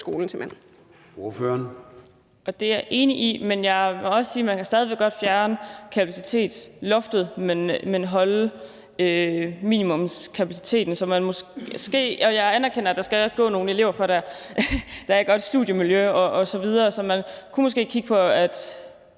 Andresen (LA): Det er jeg enig i, men jeg må også sige, at man stadig væk godt kan fjerne kapacitetsloftet, men holde minimumskapaciteten. Jeg anerkender, at der skal gå nogle elever der, at der skal være et godt studiemiljø osv. Så man kunne eventuelt kigge på, at